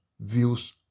views